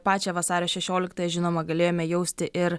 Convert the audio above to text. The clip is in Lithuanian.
pačią vasario šešioliktąją žinoma galėjome jausti ir